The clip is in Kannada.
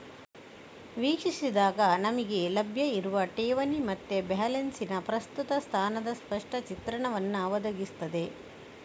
ವೀಕ್ಷಿಸಿದಾಗ ನಮಿಗೆ ಲಭ್ಯ ಇರುವ ಠೇವಣಿ ಮತ್ತೆ ಬ್ಯಾಲೆನ್ಸಿನ ಪ್ರಸ್ತುತ ಸ್ಥಾನದ ಸ್ಪಷ್ಟ ಚಿತ್ರಣವನ್ನ ಒದಗಿಸ್ತದೆ